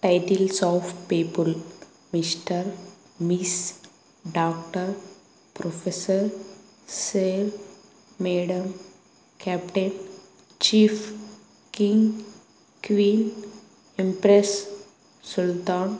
titles of people mister miss doctor professor sir madam captain chief king queen empress Sultan